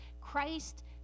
Christ